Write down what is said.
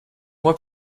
mois